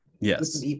Yes